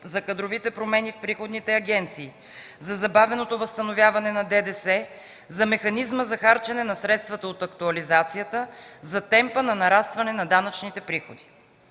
за кадровите промени в приходните агенции, за забавеното възстановяване на ДДС, за механизма за харчене на средствата от актуализацията, за темпа на нарастване на данъчните приходи.